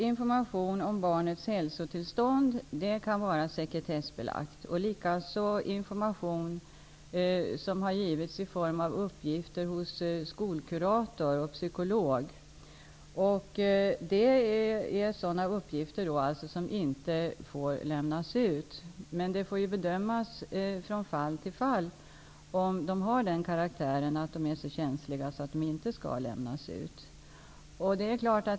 Information om barnets hälsotillstånd kan däremot vara sekretessbelagd liksom information som har givits i form av uppgifter hos skolkurator och skolpsykolog. Det är sådana uppgifter som inte får lämnas ut. Men det får bedömas från fall till fall om uppgifterna har den karaktären att de är så känsliga att de inte skall lämnas ut.